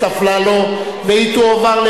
התשע"א 2011,